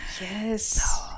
Yes